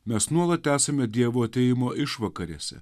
mes nuolat esame dievo atėjimo išvakarėse